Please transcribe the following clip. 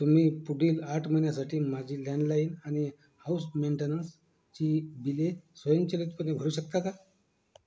तुम्ही पुढील आठ महिन्यासाठी माझी लँडलाईन आणि हाउस मेंटेनन्सची बिले स्वयंचलितपणे भरू शकता का